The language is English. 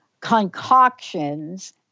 concoctions